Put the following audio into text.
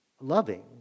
loving